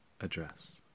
address